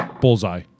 Bullseye